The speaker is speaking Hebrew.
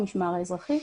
בתוך המשמר האזרחי,